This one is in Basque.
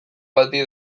bati